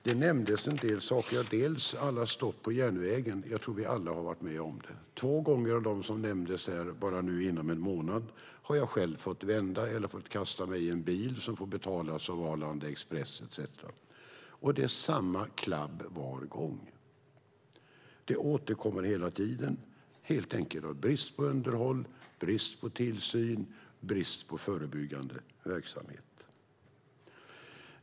Det nämndes en del saker, bland annat alla stopp på järnvägen. Jag tror att vi alla har varit med om det. Två gånger, bara nu inom en månad, har jag själv fått vända eller fått kasta mig i en bil som får betalas av Arlanda Express etcetera. Det är samma klabb varje gång. Det återkommer hela tiden. Det är helt enkelt brist på underhåll, brist på tillsyn och brist på förebyggande verksamhet.